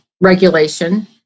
regulation